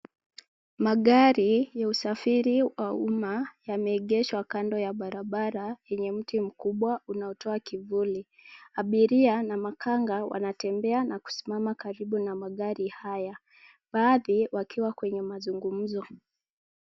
Magari ya usafiri wa umma yameegeshwa kando ya barabara yenye mti mkubwa unaotoa kivuli. Abiria na makanga wanatembea na kusimama karibu na magari haya, baadhi wakiwa kwenye mazungumzo.